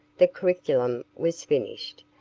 the curriculum was finished,